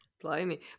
blimey